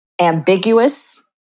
ambiguous